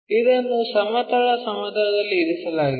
ಇದನ್ನು ಸಮತಲ ಸಮತಲದಲ್ಲಿ ಇರಿಸಲಾಗಿದೆ